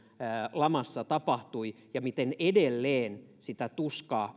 lamassa tapahtui ja miten edelleen sitä tuskaa